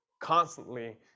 constantly